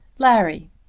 larry,